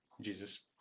jesus